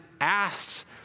asked